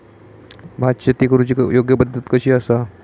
भात शेती करुची योग्य पद्धत कशी आसा?